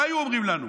מה היו אומרים לנו?